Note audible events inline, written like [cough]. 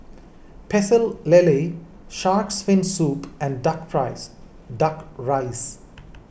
Pecel Lele Shark's Fin Soup and Duck [unintelligible] Duck Rice